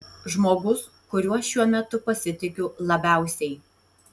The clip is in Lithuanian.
žmogus kuriuo šiuo metu pasitikiu labiausiai